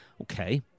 Okay